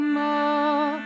more